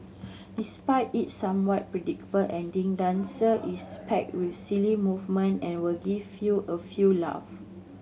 despite its somewhat predictable ending Dancer is packed with silly moment and will give you a few laugh